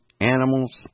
animals